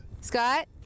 Scott